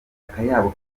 akayabo